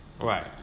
Right